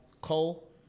Cole